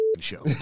Show